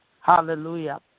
Hallelujah